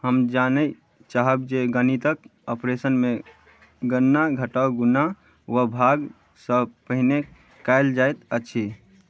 हम जानय चाहब जे गणितक ऑपरेशनमे गणना घटाओ गुणा वा भागसँ पहिने कयल जाइत अछि